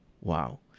Wow